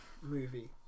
movie